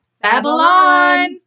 babylon